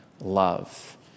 love